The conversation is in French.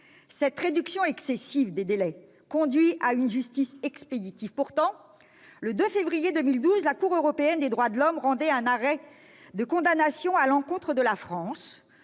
Cette réduction excessive des délais conduit à une justice expéditive. Pourtant, le 2 février 2012, la Cour européenne des droits de l'homme rendait un arrêt de condamnation à l'encontre de la France,